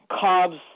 Cubs